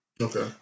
Okay